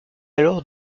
alors